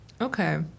Okay